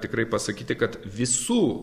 tikrai pasakyti kad visų